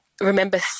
remember